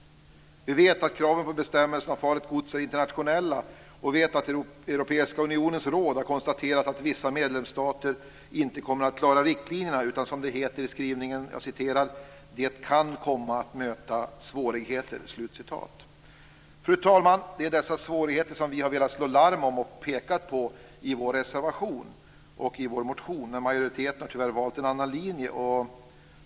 Vi vet att kraven på bestämmelser om farligt gods är internationella och att Europeiska unionens råd har konstaterat att vissa medlemsstater inte kommer att klara riktlinjerna utan att, som det heter i skrivningen: "Det kan komma att möta svårigheter". Fru talman! Det är dessa svårigheter som vi har velat slå larm om och peka på i vår reservation och i vår motion. Majoriteten har tyvärr valt en annan linje.